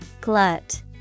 Glut